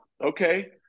okay